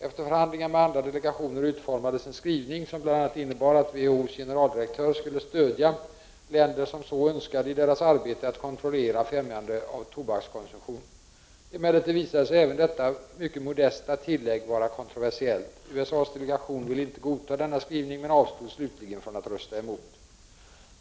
Efter förhandlingar med andra delegationer utformades en skrivning som bl.a. innebar att WHO:s generaldirektörer skulle stödja länder som så önskade i deras arbete att kontrollera främjande av tobakskonsumtion. Emellertid visade sig även detta mycket modesta tillägg vara kontroversiellt. USA:s delegation ville inte godta denna skrivning men avstod slutligen från att rösta emot.